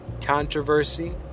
controversy